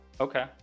Okay